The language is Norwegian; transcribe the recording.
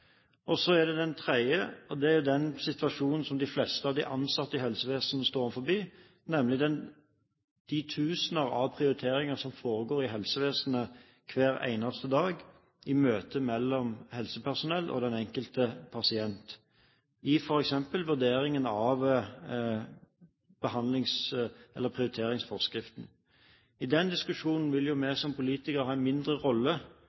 Så til det tredje: Det er den situasjonen som de fleste av de ansatte i helsevesenet står overfor, nemlig de tusener av prioriteringer som foregår i helsevesenet hver eneste dag i møte mellom helsepersonell og den enkelte pasient, f.eks. når det gjelder vurderingen av prioriteringsforskriften. I den diskusjonen vil vi som politikere ha en mindre rolle,